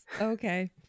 Okay